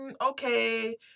okay